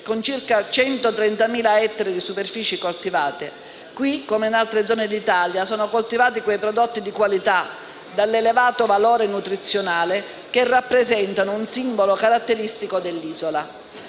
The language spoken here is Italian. con 130.000 ettari di superfici coltivate: qui, come in altre zone d'Italia, sono coltivati quei prodotti di qualità, dall'elevato valore nutrizionale, che rappresentano un simbolo caratteristico dell'isola.